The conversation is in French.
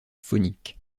faunique